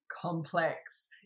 complex